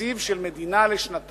תקציב של מדינה לשנתיים,